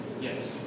Yes